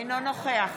אינו נוכח